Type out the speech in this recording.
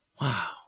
wow